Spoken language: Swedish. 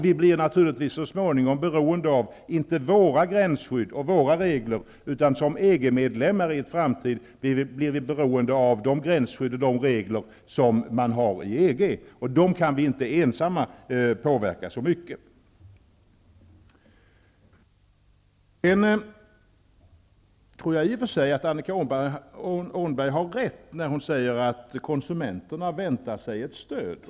Vi blir naturligtvis så småningom beroende av inte våra gränsskydd och våra regler, utan som EG medlemmar blir vi beroende av det gränsskydd och de regler man har i EG. Och dessa kan vi inte ensamma påverka så mycket. Jag tror att Annika Åhnberg i och för sig har rätt när hon säger att konsumenterna väntar sig ett stöd.